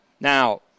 Now